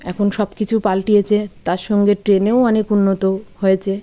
এখন সব কিছু পাল্টিয়েছে তার সঙ্গে ট্রেনেও অনেক উন্নত হয়েছে